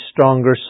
stronger